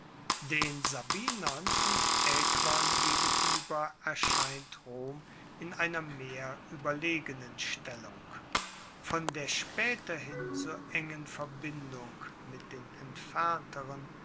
den sabinern und aequern gegenueber erscheint rom in einer mehr ueberlegenen stellung von der spaeterhin so engen verbindung mit den entfernteren